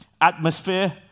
atmosphere